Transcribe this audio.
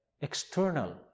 external